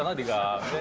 um the golf